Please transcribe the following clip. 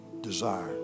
desire